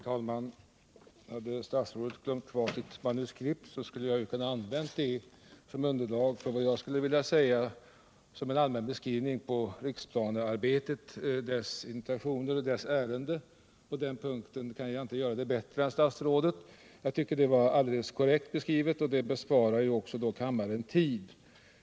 Herr talman! Om statsrådet hade glömt kvar sitt manuskript kunde jag ha använt det som underlag för vad jag skulle vilja säga som en allmän beskrivning av riksplanearbetet, dess intentioner och dess ärenden. På den punkten kan jag inte göra det bättre än statsrådet. Jag tycker det var en alldeles korrekt beskrivning, och det besparar ju också kammaren tid.